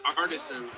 artisans